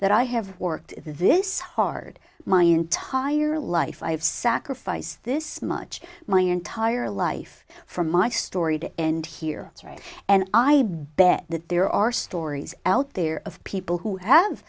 that i have worked this hard my entire life i have sacrificed this much my entire life for my story to end here right and i bet that there are stories out there of people who have